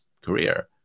career